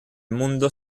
mundo